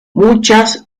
muchas